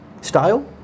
style